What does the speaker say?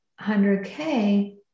100K